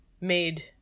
made